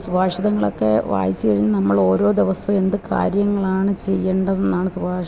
സുഭാഷിതങ്ങള് ഒക്കെ വായിച്ചു കഴിഞ്ഞാൽ നമ്മൾ ഓരോ ദിവസവും എന്തു കാര്യങ്ങളാണ് ചെയ്യേണ്ടത് എന്നാണ് സുഭാഷി